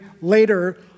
later